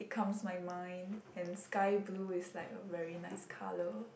it calms my mind and sky blue is like a very nice colour